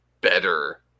better